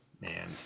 Man